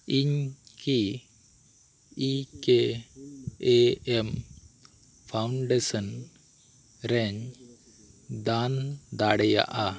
ᱤᱧ ᱠᱤ ᱤ ᱠᱮ ᱮ ᱮᱢ ᱯᱷᱟᱣᱩᱱᱰᱮᱥᱚᱱ ᱨᱮᱧ ᱫᱟᱱ ᱫᱟᱲᱮᱭᱟᱜᱼᱟ